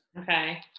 Okay